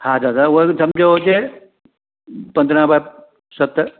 हा दादा उहा बि सम्झो हुजे पंद्रहं बाइ सत